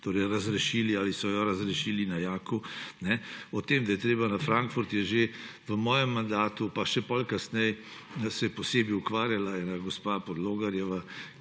jo razrešili ali so jo razrešili na JAK. O tem, da je treba na Frankfurt, se je že v mojem mandatu in še potem kasneje posebej ukvarjala ena gospa Podlogar,